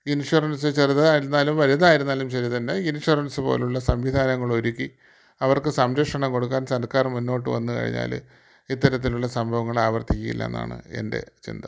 insurance ചെറുതായിരുന്നാലും വലുതായിരുന്നാലും ശരി തന്നെ ഇൻഷൊറൻസ് പോലുള്ള സംവിധാനങ്ങൾ ഒരുക്കി അവർക്ക് സംരക്ഷണം കൊടുക്കാൻ സർക്കാർ മുന്നോട്ട് വന്നു കഴിഞ്ഞാൽ ഇത്തരത്തിലുള്ള സംഭവങ്ങൾ ആവർത്തിക്കില്ല എന്നാണ് എൻ്റെ ചിന്ത